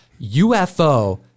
UFO